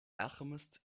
alchemist